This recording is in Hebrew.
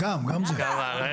כן, גם, גם זה.